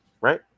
right